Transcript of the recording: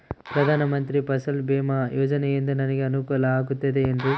ಪ್ರಧಾನ ಮಂತ್ರಿ ಫಸಲ್ ಭೇಮಾ ಯೋಜನೆಯಿಂದ ನನಗೆ ಅನುಕೂಲ ಆಗುತ್ತದೆ ಎನ್ರಿ?